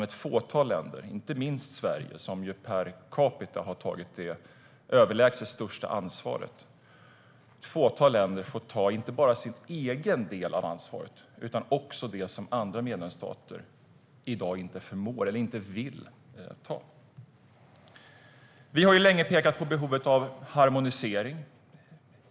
Ett fåtal länder, inte minst Sverige som per capita har tagit det överlägset största ansvaret, får ta inte bara sin egen del av ansvaret utan också det som andra medlemsstater inte förmår eller inte vill ta i dag. Vi har länge pekat på behovet av harmonisering.